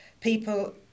people